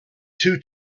two